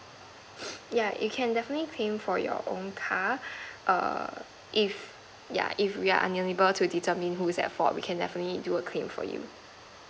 yeah you can definitely claim for your own car err if yeah if we are unable to determine who's at fault we can definitely do a claim for you